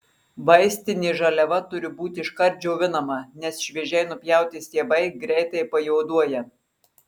vaistinė žaliava turi būti iškart džiovinama nes šviežiai nupjauti stiebai greitai pajuoduoja